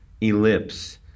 ellipse